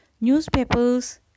newspapers